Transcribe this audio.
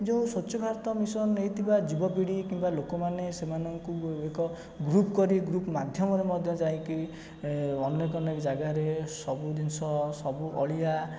ଯେଉଁ ସ୍ୱଚ୍ଛ ଭାରତ ମିଶନ ନେଇଥିବା ଯୁବପିଢ଼ୀ କିମ୍ବା ଲୋକମାନେ ସେମାନଙ୍କୁ ଏକ ଗୃପ୍ କରି ଗୃପ୍ ମାଧ୍ୟମରେ ମଧ୍ୟ ଯାଇକି ଅନେକ ଅନେକ ଜାଗାରେ ସବୁ ଜିନିଷ ସବୁ ଅଳିଆ